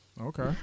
Okay